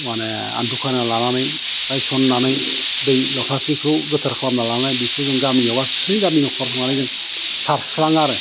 माने हान्थु खेरायना लानानै रायसन्नानै दै लथासेखौ गोथार खालामना लाना बेखौ जों गामियाव गासैबो गामिनि नख'राव थांनानै जों सारस्राङो आरो